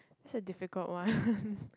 that's a difficult one